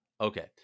Okay